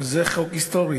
זה חוק היסטורי.